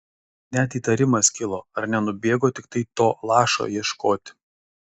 net įtarimas kilo ar nenubėgo tiktai to lašo ieškoti